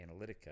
Analytica